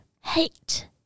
hate